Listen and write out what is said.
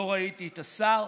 לא ראיתי את השר.